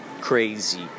crazy